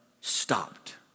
stopped